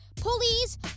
Pulleys